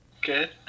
Good